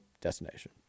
destination